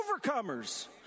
overcomers